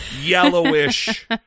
yellowish